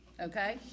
okay